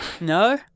No